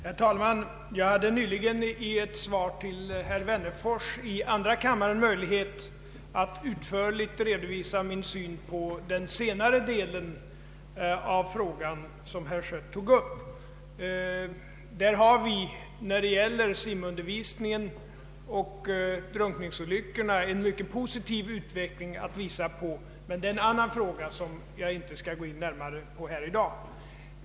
Herr talman! Jag hade nyligen möjlighet att i ett svar till herr Wenner fors i andra kammaren utförligt redovisa min syn på senare delen av den fråga som herr Schött tog upp. Vad beträffar simundervisningen och drunkningsolyckorna har utvecklingen varit mycket positiv; men det är en annan fråga som jag inte skall gå närmare in på här i dag.